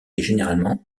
généralement